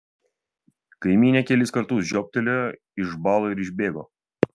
kaimynė kelis kartus žiobtelėjo išbalo ir išbėgo